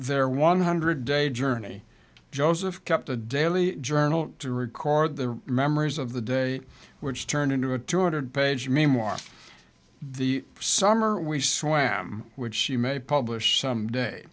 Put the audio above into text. their one hundred day journey joseph kept a daily journal to record the memories of the day which turned into a two hundred page memoir the summer we swam which she may publish someday